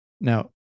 Now